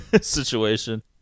situation